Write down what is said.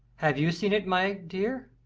have you seen it, my dear?